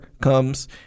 comes